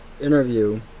interview